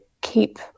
keep